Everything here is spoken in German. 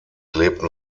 lebten